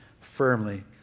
firmly